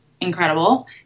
incredible